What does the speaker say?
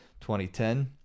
2010